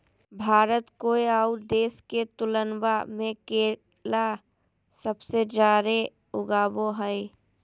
भारत कोय आउ देश के तुलनबा में केला सबसे जाड़े उगाबो हइ